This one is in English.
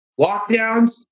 lockdowns